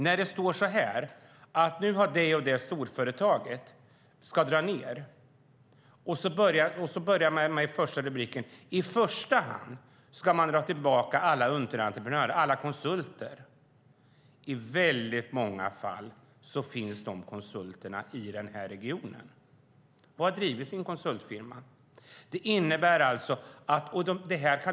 När det står tidningsrubriker om att ett eller annat storföretag ska dra ned innebär det i första hand att det är underentreprenörer och konsulter som ska dras tillbaka. I väldigt många fall finns de konsulterna i den här regionen.